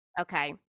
okay